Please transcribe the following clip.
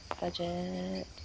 Budget